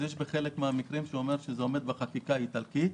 בחלק מן המקרים נכתב שזה עומד בחקיקה האיטלקית.